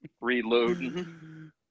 reloading